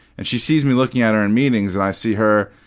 and she sees me looking at her in meetings and i see her,